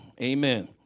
amen